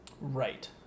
Right